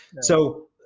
So-